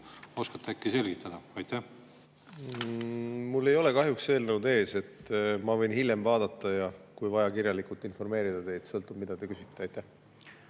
Oskate äkki selgitada? Mul ei ole kahjuks eelnõu ees. Ma võin hiljem vaadata, ja kui vaja, kirjalikult informeerida teid. Sõltub, mida te küsite. Mul